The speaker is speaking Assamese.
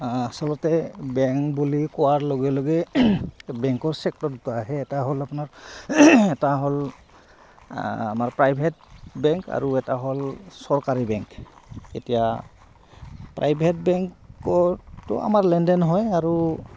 আচলতে বেংক বুলি কোৱাৰ লগে লগে বেংকৰ ছেক্টৰ দুটা আহে এটা হ'ল আপোনাৰ এটা হ'ল আমাৰ প্ৰাইভেট বেংক আৰু এটা হ'ল চৰকাৰী বেংক এতিয়া প্ৰাইভেট বেংকৰতো আমাৰ লেনদেন হয় আৰু